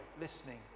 listening